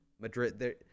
Madrid